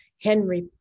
Henry